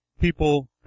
people